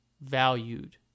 Valued